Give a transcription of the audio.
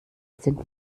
sind